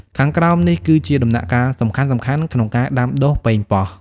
ខាងក្រោមនេះគឺជាដំណាក់កាលសំខាន់ៗក្នុងការដាំដុះប៉េងប៉ោះ។